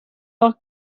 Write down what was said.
doch